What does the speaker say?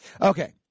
Okay